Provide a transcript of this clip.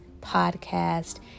podcast